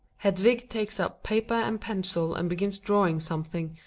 hedvig takes up paper and pencil and begins drawing something,